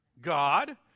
God